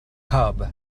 cub